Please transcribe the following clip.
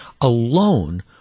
alone